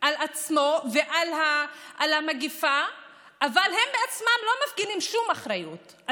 על עצמו ועל המגפה אבל הם בעצמם לא מפגינים שום אחריות.